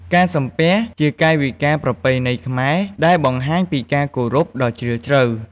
ការសំពះជាកាយវិការប្រពៃណីខ្មែរដែលបង្ហាញពីការគោរពដ៏ជ្រាលជ្រៅ។